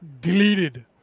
deleted